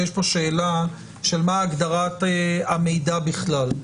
יש פה שאלה של מה הגדרת המידע בכלל.